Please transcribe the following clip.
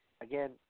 Again